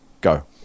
Go